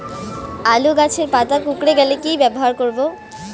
আলুর গাছের পাতা কুকরে গেলে কি ব্যবহার করব?